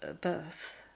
birth